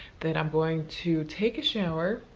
then i'm going to take a shower,